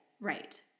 right